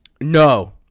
No